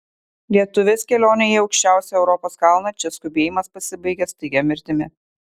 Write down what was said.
lietuvės kelionė į aukščiausią europos kalną čia skubėjimas pasibaigia staigia mirtimi